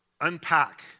unpack